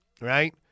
right